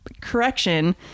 correction